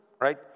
right